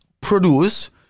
produce